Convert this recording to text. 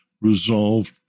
resolved